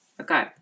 Okay